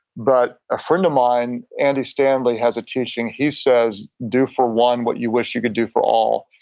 but a friend of mine, andy stanley, has a teaching. he's says do for one what you wish you could do for all.